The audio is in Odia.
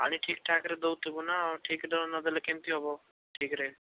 ପାଣି ଠିକ୍ ଠାକ୍ରେ ଦେଉଥିବୁନା ଆଉ ଠିକ୍ରେ ନଦେଲେ କେମତି ହେବ ଠିକ୍ରେ